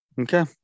Okay